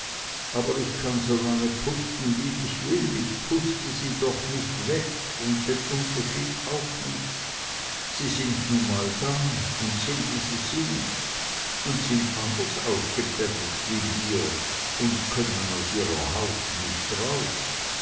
aber ich kann so lange pusten wie ich will ich puste sie doch nich weg un den unterschied auch nich sie sind nun mal da und sind wie sie sind und sind anders aufgepäppelt wie wir und können aus ihrer haut nicht raus